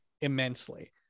immensely